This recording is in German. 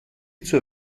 zur